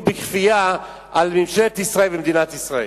בכפייה על ממשלת ישראל במדינת ישראל.